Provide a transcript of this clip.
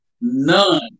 none